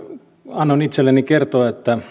tänään annoin itselleni kertoa